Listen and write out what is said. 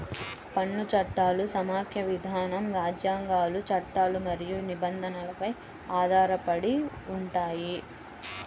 పన్ను చట్టాలు సమాఖ్య విధానం, రాజ్యాంగాలు, చట్టాలు మరియు నిబంధనలపై ఆధారపడి ఉంటాయి